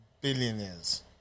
billionaires